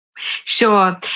Sure